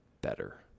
better